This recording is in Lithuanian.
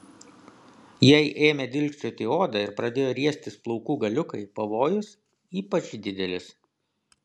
jei ėmė dilgčioti odą ir pradėjo riestis plaukų galiukai pavojus ypač didelis